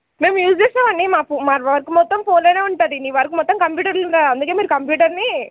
మేం యూజ్ చేస్తాం అండి మాకు మా వర్క్ మొత్తం ఫోన్లోనే ఉంటుంది మీ వర్క్ మొత్తం కంప్యూటర్లో ఉందిగా అందుకే మీరు కంప్యూటర్ని